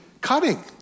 cutting